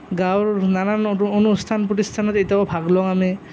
গাঁৱৰ নানান অনুষ্ঠান প্ৰতিষ্ঠানত এতিয়াও ভাগ লওঁ আমি